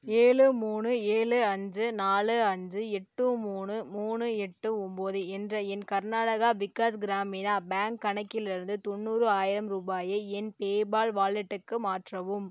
ஏழு மூணு ஏழு அஞ்சு நாலு அஞ்சு எட்டு மூணு மூணு எட்டு ஒம்பது என்ற என் கர்நாடகா விகாஸ் கிராமினா பேங்க் கணக்கிலிருந்து தொண்ணூறு ஆயிரம் ரூபாயை என் பேபால் வாலெட்டுக்கு மாற்றவும்